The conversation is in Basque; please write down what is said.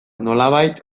nolabait